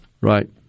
right